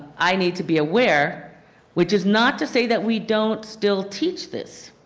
i need to be aware which is not to say that we don't still teach this,